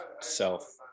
Self